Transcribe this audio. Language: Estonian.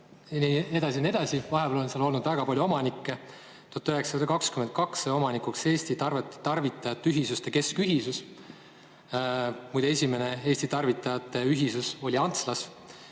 edasi ja nii edasi. Vahepeal on seal olnud väga palju omanikke. 1922 sai omanikuks Eesti Tarvitajateühisuse Keskühisus. Muide, esimene Eesti tarvitajateühisus oli Antslas.